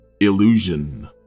Illusion